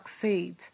succeed